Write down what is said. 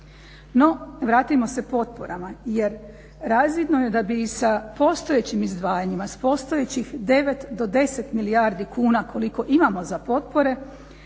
No vratimo se potporama jer razvidno da bi i sa postojećim izdvajanjima s postojećih 9 do 10 milijardi kuna koliko imamo za potpore,